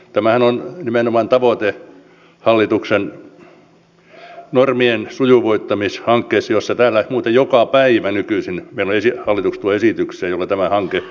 tämähän on nimenomaan tavoite hallituksen normien sujuvoittamishankkeessa josta täällä muuten joka päivä nykyisin hallitus tuo esityksiä joilla tämä hanke etenee